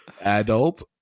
adult